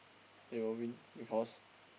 they will win because